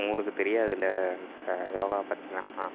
அவுங்களுக்குத் தெரியாதில்லை இந்த யோகா பற்றில்லாம் அதுதான்